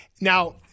now